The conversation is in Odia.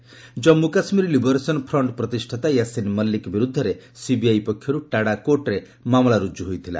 ଜାନ୍ମୁ କାଶ୍ମୀର ଲିବରେସନ୍ ଫ୍ରଶ୍ଚ ପ୍ରତିଷ୍ଠାତା ୟାସିନ ମଲିକ ବିରୁଦ୍ଧରେ ସିବିଆଇ ପକ୍ଷରୁ ଟାଡା କୋର୍ଟରେ ମାମଲା ରୁଜୁ ହୋଇଥିଲା